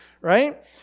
right